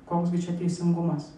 koks gi čia teisingumas